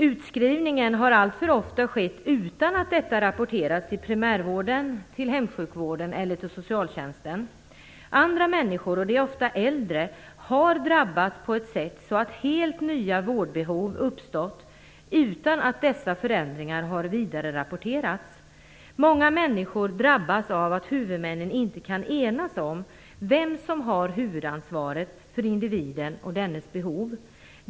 Utskrivningen har alltför ofta skett utan att detta rapporterats till primärvården, hemsjukvården eller socialtjänsten. Andra människor, ofta äldre, har drabbats på ett sätt som gjort att helt nya vårdbehov uppstått utan att dessa förändringar har vidarerapporterats. Många människor drabbas av att huvudmännen inte kan enas om vem som har huvudansvaret för individen och dennes behov.